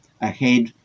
ahead